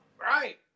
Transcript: Right